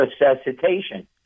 resuscitation